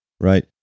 right